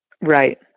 Right